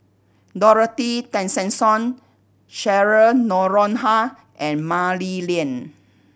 Dorothy Tessensohn Cheryl Noronha and Mah Li Lian